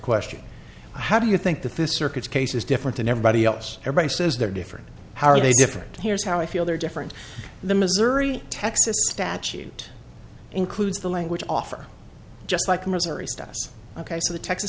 question how do you think that this circuits case is different than everybody else everybody says there are different how are they different here's how i feel they're different the missouri texas statute includes the language offer just like missouri stuff ok so the t